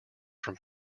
from